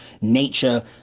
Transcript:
nature